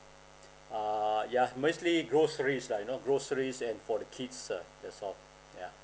ah yeah mostly groceries lah you know groceries and for the kids ah that's all yeah